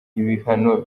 ibihano